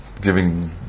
giving